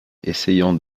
essayent